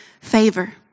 Favor